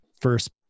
first